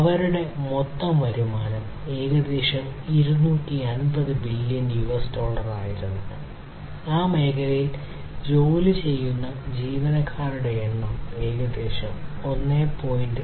അവരുടെ മൊത്തം വരുമാനം ഏകദേശം 250 ബില്യൺ യുഎസ് ഡോളർ ആയിരുന്നു ആ മേഖലയിൽ ജോലി ചെയ്യുന്ന ജീവനക്കാരുടെ എണ്ണം ഏകദേശം 1